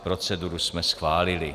Proceduru jsme schválili.